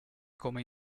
come